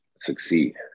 succeed